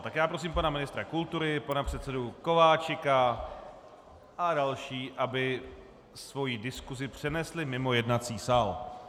Tak prosím pana ministra kultury, pana předsedu Kováčika a další, aby svoji diskusi přenesli mimo jednací sál.